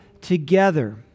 together